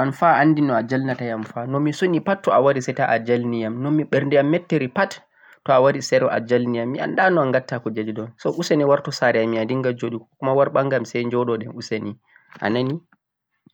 wa to anfa a anndi no a jalnata yam fa, no mi suni pat to a wari say to a jalniyam, no ɓerdeyam mettiri pat to wari say to a jalniyam mi annda no gatta kuujeeeji ɗo so useni wartu saare amin a dinnga jooɗugo 'ko kuma' war ɓangam say joɗodi useni a nani?.